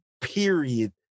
period